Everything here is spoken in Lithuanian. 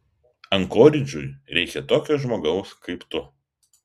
ankoridžui reikia tokio žmogaus kaip tu